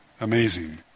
Amazing